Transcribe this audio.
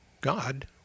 god